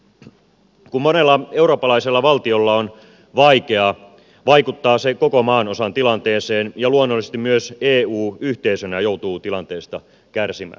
kun monella eurooppalaisella valtiolla on vaikeaa vaikuttaa se koko maanosan tilanteeseen ja luonnollisesti myös eu yhteisönä joutuu tilanteesta kärsimään